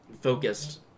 focused